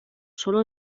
sólo